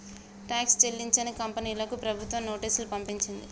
tax చెల్లించని కంపెనీలకు ప్రభుత్వం నోటీసులు పంపించింది